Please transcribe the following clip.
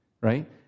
Right